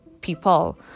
people